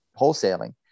wholesaling